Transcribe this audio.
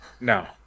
No